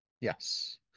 yes